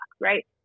right